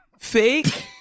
fake